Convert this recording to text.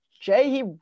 Jay